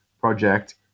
project